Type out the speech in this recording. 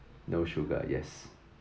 no sugar yes